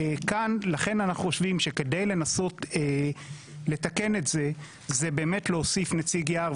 לכן אנחנו חושבים שכדי לנסות לתקן את הדבר הזה זה באמת להוסיף נציג יער,